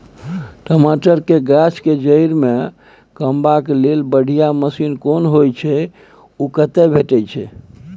टमाटर के गाछ के जईर में कमबा के लेल बढ़िया मसीन कोन होय है उ कतय भेटय छै?